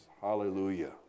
Hallelujah